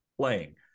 playing